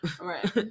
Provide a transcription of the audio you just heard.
Right